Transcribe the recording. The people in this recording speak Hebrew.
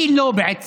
מי לא בעצם?